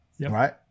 right